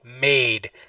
made